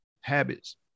habits